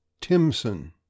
Timson